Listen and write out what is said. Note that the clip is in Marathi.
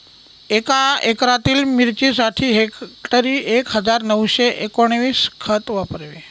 एका एकरातील मिरचीसाठी हेक्टरी एक हजार नऊशे एकोणवीस खत वापरावे